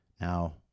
now